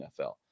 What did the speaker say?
NFL